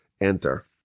enter